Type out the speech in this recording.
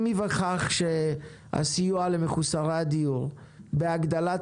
אם ייווכח שהסיוע למחוסרי הדיור בהגדלת